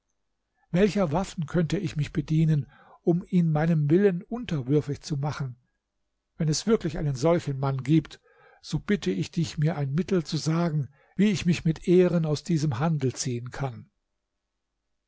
welcher waffen könnte ich mich bedienen um ihn meinem willen unterwürfig zu machen wenn es wirklich einen solchen mann gibt so bitte ich dich mir ein mittel zu sagen wie ich mich mit ehren aus diesem handel ziehen kann